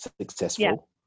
successful